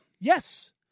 Yes